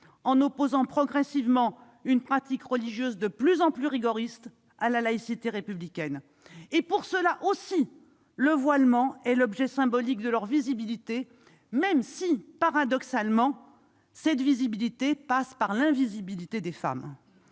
en opposant progressivement une pratique religieuse de plus en plus rigoriste à la laïcité républicaine. Pour ceux-là, aussi, le port du voile est l'objet symbolique de leur visibilité, même si, paradoxalement, cette visibilité passe par l'invisibilité des femmes.